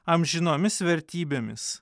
amžinomis vertybėmis